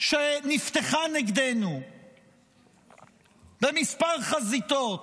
שנפתחה נגדנו בכמה חזיתות,